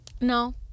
No